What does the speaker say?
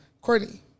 Courtney